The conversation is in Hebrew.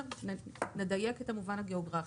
מדייקת את המובן הגיאוגרפי.